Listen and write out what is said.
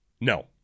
No